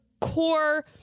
core